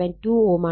72 Ω ആണ്